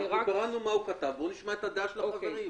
קראנו מה הוא כתב, בואו נשמע את הדעה של החברים.